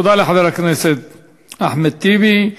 תודה לחבר הכנסת אחמד טיבי.